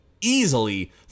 easily